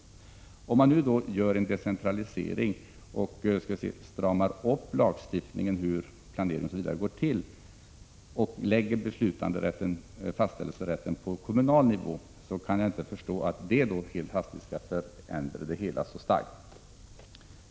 Men om man nu gör en decentralisering och stramar upp lagstiftningen om hur planeringen skall gå till och lägger fastställelserätten på kommunal nivå, kan jag inte förstå att det helt hastigt förändrar hela frågan så starkt.